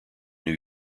new